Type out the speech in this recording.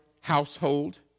household